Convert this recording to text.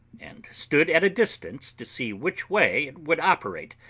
and stood at a distance to see which way it would operate,